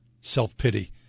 self-pity